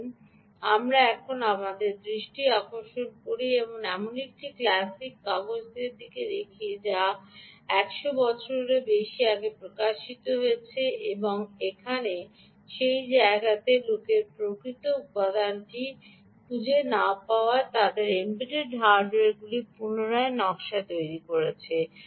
আসুন আমরা এখন আমাদের দৃষ্টি আকর্ষণ করি এমন একটি ক্লাসিক কাগজটির দিকে যা যা 10 বছরেরও বেশি আগে প্রকাশিত হয়েছিল এবং সেই জায়গাতে লোকেরা প্রকৃত উপাদানটি খুঁজে না পাওয়ায় তাদের এমবেডেড হার্ডওয়্যারটির পুনরায় নকশা তৈরি করেছে